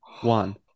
one